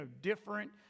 different